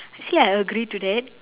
see I agree to that